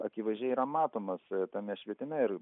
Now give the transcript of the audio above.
akivaizdžiai yra matomas tame švietime ir